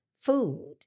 food